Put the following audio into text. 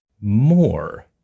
More